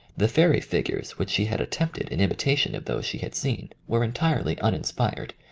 the fairy figures which she had attempted in imitation of those she had seen were entirely uninspired,